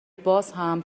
بازهم